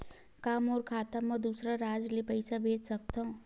का मोर खाता म दूसरा राज्य ले पईसा भेज सकथव?